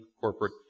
corporate